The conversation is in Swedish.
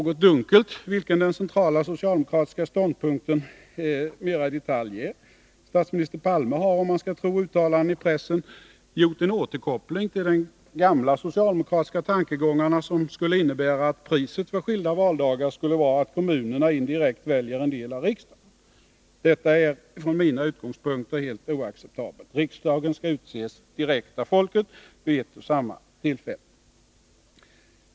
Här kan jag kanske få ett klarläggande från Olle Svensson. Statsminister Palme har — om man skall tro uttalanden i pressen — gjort en återkoppling till gamla socialdemokratiska tankegångar, som skulle innebära att priset för skilda valdagar skulle vara att kommunerna indirekt väljer en del av riksdagen. Detta är från mina utgångspunkter helt oacceptabelt. Riksdagen skall utses direkt av folket och vid ett och samma tillfälle.